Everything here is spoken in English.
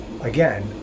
again